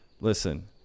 listen